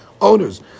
owners